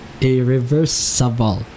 irreversible